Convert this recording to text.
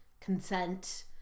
consent